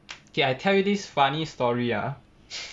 okay I tell you this funny story ah